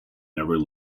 never